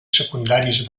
secundaris